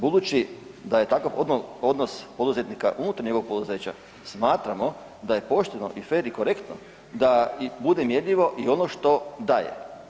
Budući da je takav odnos poduzetnika unutar njegovog poduzeća smatramo da je pošteno i fer i korektno da bude mjerljivo i ono što daje.